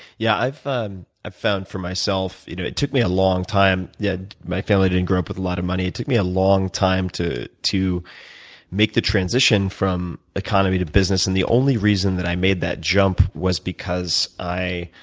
yeah i've um i've found for myself, you know it took me a long time. yeah my family didn't grow up with a lot of money. it took me a long time to to make the transition from economy to business. and the only reason that i made that jump was because i